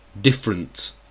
different